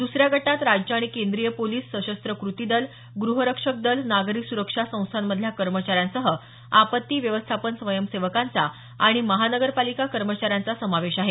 दुसऱ्या गटात राज्य आणि केंद्रीय पोलीस सशस्त्र कृती दल गृहरक्षक दल नागरी सुरक्षा संस्थामधल्या कर्मचाऱ्यांसह आपत्ती व्यवस्थापन स्वयंसेवकांचा आणि महानगरपालिका कर्मचाऱ्यांचा समावेश आहे